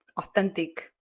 authentic